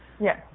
Yes